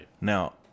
Now